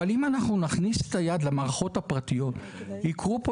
אם אנחנו נכניס את היד למערכות הפרטיות ייקרו פה